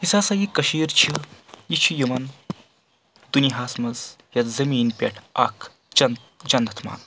یُس ہسا یہِ کٔشیٖر چھِ یہِ چھِ یِون دُنیاہس منٛز یَتھ زٔمیٖن پؠٹھ اکھ جنت مَننہٕ